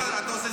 מה קרה?